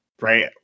right